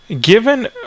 given